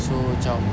so macam